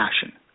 passion